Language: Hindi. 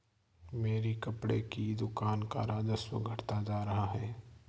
मेरी कपड़े की दुकान का राजस्व घटता जा रहा है